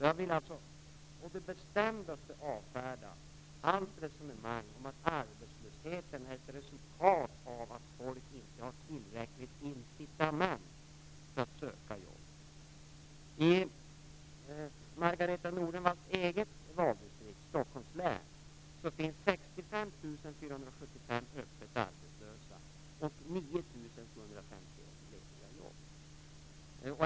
Jag vill alltså å det bestämdaste avfärda alla resonemang om att arbetslösheten är ett resultat av att folk inte har tillräckligt med incitament för att söka jobb. lediga jobb.